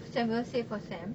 samuel say for SAM